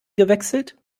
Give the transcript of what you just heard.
gewechselt